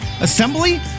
assembly